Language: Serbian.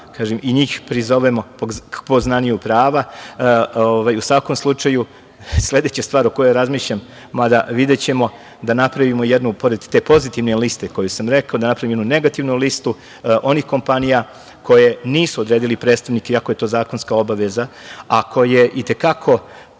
i njih prizovemo poznavanju prava.U svakom slučaju sledeća stvar o kojoj razmišljam, mada videćemo, da napravimo jednu pored te pozitivne liste, koju sam rekao, da napravimo jednu negativnu listu onih kompanija koje nisu odredili predstavnike iako je to zakonska obaveza, a koje i te kako